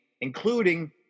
including